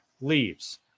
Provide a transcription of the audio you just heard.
leaves